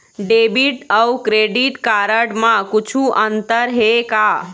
Debit अऊ credit card म कुछू अंतर हे का?